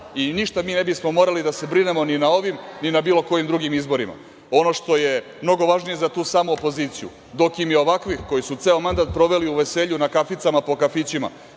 i ništa mi ne bismo morali da se brinemo ni na ovim, ni na bilo kojim drugim izborima. Ono što je mnogo važnije za tu samoopoziciju, dok im je ovakvih koji su ceo mandat proveli u veselju, na kaficama po kafićima,